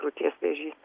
krūties vėžys